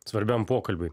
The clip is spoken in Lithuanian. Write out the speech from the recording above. svarbiam pokalbiui